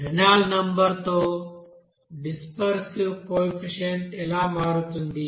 Reynold number తో dispersion coefficient ఎలా మారుతుంది